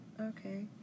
okay